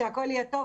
שהכול יהיה טוב,